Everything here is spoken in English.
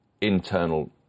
internal